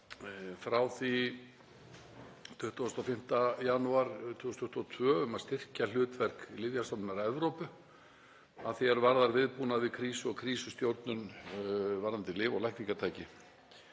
frá því 25. janúar 2022 um að styrkja hlutverk Lyfjastofnunar Evrópu að því er varðar viðbúnað við krísu og krísustjórnun varðandi lyf og lækningatæki.